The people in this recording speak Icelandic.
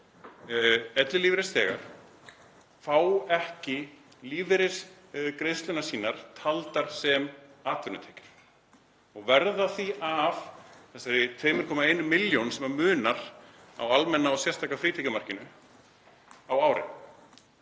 ellilífeyrisþegar fá ekki lífeyrisgreiðslurnar sínar taldar sem atvinnutekjur og verða því af þessari 2,1 milljón sem munar á almenna og sérstaka frítekjumarkinu á árinu.